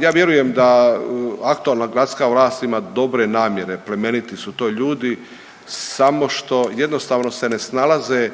ja vjerujem da aktualna gradska vlast ima dobre namjere, plemeniti su to ljudi, samo što, jednostavno se ne snalaze,